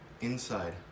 inside